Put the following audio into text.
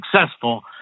successful